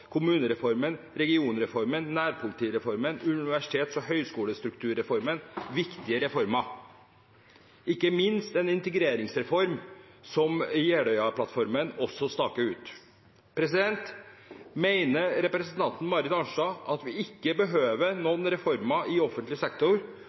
kommunereformen, regionreformen, nærpolitireformen, universitets- og høyskolestrukturreformen viktige reformer, og ikke minst en integreringsreform, som Jeløya-plattformen også staker ut. Mener representanten Marit Arnstad at vi ikke behøver